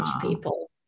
people